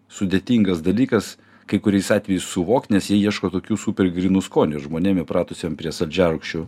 sudėtingas dalykas kai kuriais atvejais suvokt nes ji ieško tokių super grynų skonių ir žmonėm įpratusiem prie saldžiarūgščių